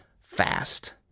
fast